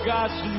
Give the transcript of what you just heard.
God's